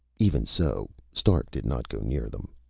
even so, stark did not go near them.